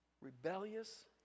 rebellious